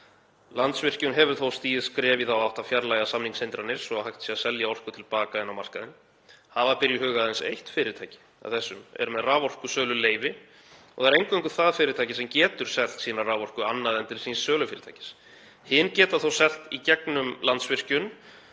Landsvirkjun hefur þó stigið skref í þá átt að fjarlægja samningshindranir svo hægt sé að selja orku til baka inn á markaðinn. Hafa ber í huga að aðeins eitt fyrirtæki af þessum er með raforkusöluleyfi og það er því eingöngu það fyrirtæki sem getur selt sína raforku annað en til síns sölufyrirtækis. Hin geta þó selt í gegnum Landsvirkjun